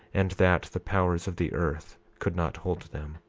and that the powers of the earth could not hold them.